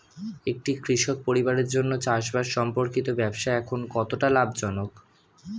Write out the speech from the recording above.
একটি কৃষক পরিবারের জন্য চাষবাষ সম্পর্কিত ব্যবসা এখন কতটা লাভজনক?